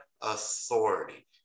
authority